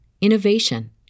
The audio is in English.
innovation